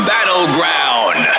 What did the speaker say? Battleground